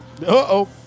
Uh-oh